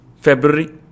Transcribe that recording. February